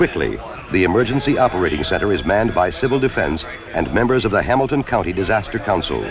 quickly the emergency operating center is manned by civil defense and members of the hamilton county disaster coun